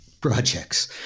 projects